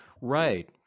Right